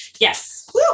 Yes